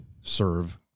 serve